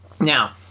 Now